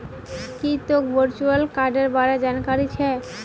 की तोक वर्चुअल कार्डेर बार जानकारी छोक